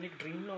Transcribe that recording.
dream